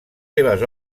seves